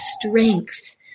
strength